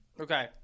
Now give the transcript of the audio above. Okay